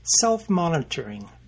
self-monitoring